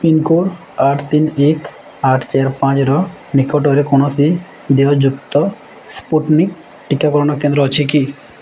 pincode ଆଠ ତିନି ଏକ ଆଠ ଚାରି ପାଞ୍ଚର ନିକଟରେ କୌଣସି ଦେୟଯୁକ୍ତ ସ୍ପୁଟନିକ୍ ଟିକାକରଣ କେନ୍ଦ୍ର ଅଛି କି